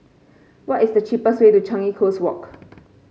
what is the cheapest way to Changi Coast Walk